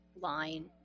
line